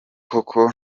koko